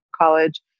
college